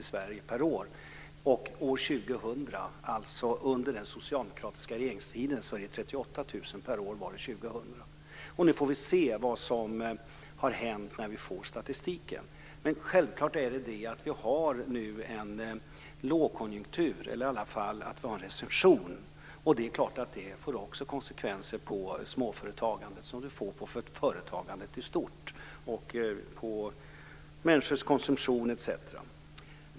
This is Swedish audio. När vi får ta del av statistiken får vi se vad som har hänt. Vi har nu en lågkonjunktur, en recession, och det är klart att det för med sig konsekvenser för såväl småföretagandet som företagandet i stort och bl.a. människors konsumtion.